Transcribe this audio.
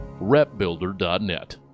repbuilder.net